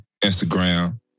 Instagram